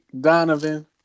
Donovan